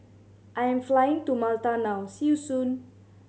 I am flying to Malta now see you soon